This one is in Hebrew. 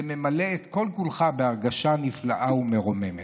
זה ממלא את כל-כולך בהרגשה נפלאה ומרוממת.